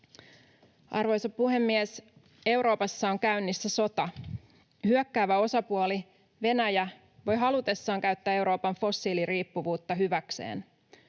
Arvoisa puhemies! Euroopassa on käynnissä sota. Hyökkäävä osapuoli, Venäjä, voi halutessaan käyttää Euroopan fossiiliriippuvuutta hyväkseen.